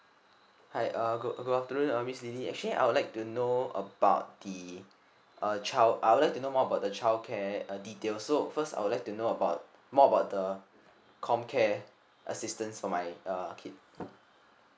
hi uh good good afternoon uh miss L I L Y actually I would like to know about the uh child I would like to know more about the childcare uh details so first I would like to know about more about the comm care assistance for my uh kid